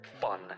fun